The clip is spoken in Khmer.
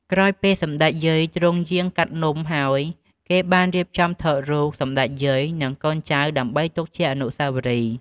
ក្រោយពេលសម្តេចយាយទ្រង់យាងកាត់នំហើយគេបានរៀបចំថតរូបសម្តេចយាយនិងកូនចៅដើម្បីទុកជាអនុស្សាវរីយ៏។